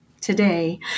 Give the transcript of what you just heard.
Today